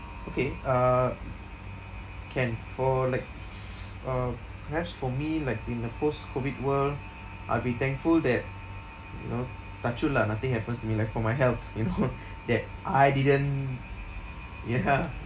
okay uh can for like uh whereas for me like in the post-COVID world I'll be thankful that you know touch wood lah nothing happens to me like for my health you know that I didn't ya